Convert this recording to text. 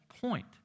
point